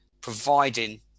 providing